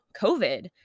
COVID